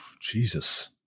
Jesus